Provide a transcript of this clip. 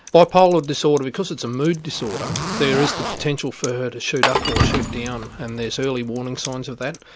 bipolar disorder because it's a mood disorder there is the potential for her to shoot up or shoot down and there's early warning signs of that.